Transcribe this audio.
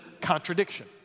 contradiction